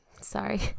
sorry